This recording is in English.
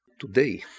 Today